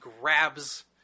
grabs